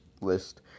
list